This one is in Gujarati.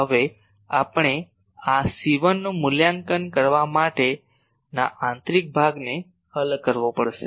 હવે આપણે આ c1 નું મૂલ્યાંકન કરવા માટેના આંતરિક ભાગને હલ કરવો પડશે